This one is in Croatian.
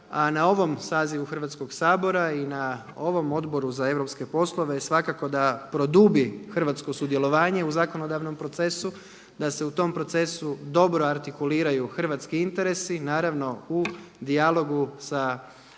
a na ovom sazivu Hrvatskog sabora i na ovom Odboru za europske poslove svakako da produbi hrvatsko sudjelovanje u zakonodavnom procesu, da se u tom procesu dobro artikuliraju hrvatski interesi naravno u dijalogu sa hrvatskim